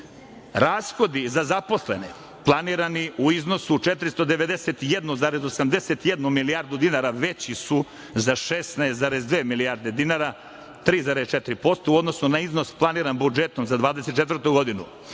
za zaposlene, planirani u iznosu od 491,81 milijardu dinara veći su za 16,2 milijarde dinara, 3,4% u odnosu na iznos planiran budžetom za 2024. godinu.